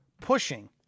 pushing